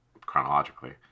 chronologically